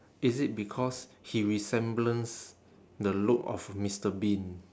is it because he resemblance the look of mister bean